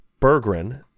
Berggren